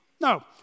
No